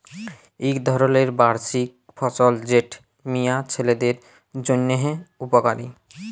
ইক ধরলের বার্ষিক ফসল যেট মিয়া ছিলাদের জ্যনহে উপকারি